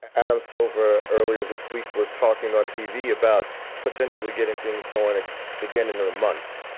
adam silver, earlier this week was talking on tv about potentially getting things going again in in a month.